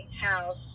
house